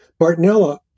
Bartonella